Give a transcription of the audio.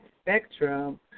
spectrum